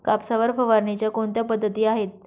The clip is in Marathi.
कापसावर फवारणीच्या कोणत्या पद्धती आहेत?